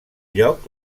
lloc